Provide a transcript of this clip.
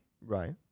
Right